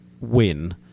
win